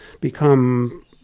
become